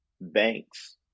banks